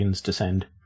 descend